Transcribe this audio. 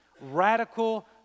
Radical